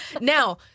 Now